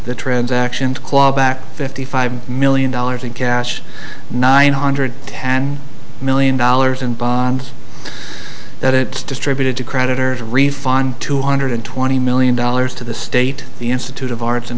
the transaction to claw back fifty five million dollars in cash nine hundred ten million dollars and bond that it distributed to creditors refund two hundred twenty million dollars to the state the institute of arts and